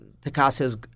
Picasso's